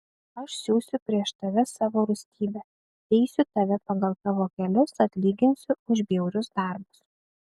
aš siųsiu prieš tave savo rūstybę teisiu tave pagal tavo kelius atlyginsiu už bjaurius darbus